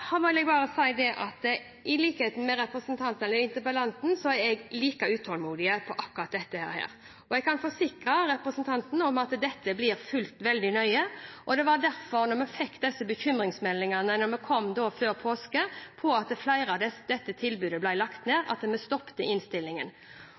I likhet med interpellanten er jeg utålmodig når det gjelder akkurat dette. Jeg kan forsikre representanten om at dette blir fulgt veldig nøye. Det var derfor, da vi fikk disse bekymringsmeldingene før påske om at dette tilbudet ble lagt ned, vi stoppet omstillingen. I februar fikk direktoratet beskjed om at kommunene skal bistås med fordeling av